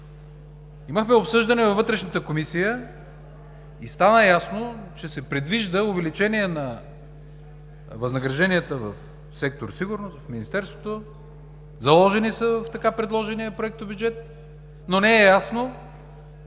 Имахме обсъждане във Вътрешната комисия и стана ясно, че се предвижда увеличение на възнагражденията в сектор „Сигурност“, в Министерството, заложени са в така предложения проектобюджет, но не е ясно